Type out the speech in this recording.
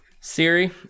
siri